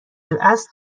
الاصل